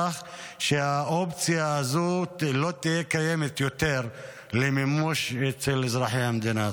כך שהאופציה הזו לא תהיה קיימת יותר למימוש אצל אזרחי המדינה.